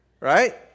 Right